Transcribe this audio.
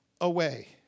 away